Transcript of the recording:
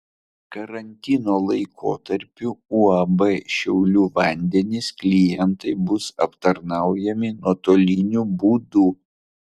karantino laikotarpiu uab šiaulių vandenys klientai bus aptarnaujami nuotoliniu būdu